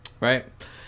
Right